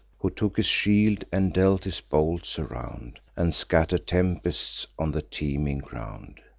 who took his shield, and dealt his bolts around, and scatter'd tempests on the teeming ground.